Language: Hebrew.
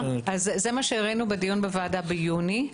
זה מה שהראנו בדיון בוועדה ביוני.